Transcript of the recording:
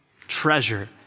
Treasure